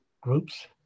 groups